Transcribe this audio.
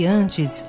antes